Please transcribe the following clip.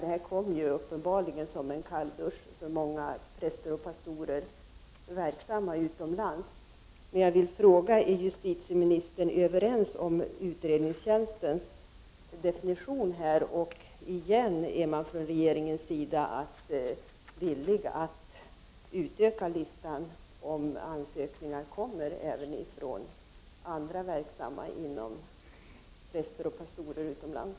Det här kom ju uppenbarligen som en kalldusch för många präster och pastorer som är verksamma utomlands. Jag vill fråga: Håller justitieministern med om utredningstjänstens definition? Och igen: Är man från regeringens sida villig att utöka listan, om ansökningar kommer även från andra verksamma präster och pastorer utomlands?